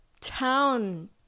town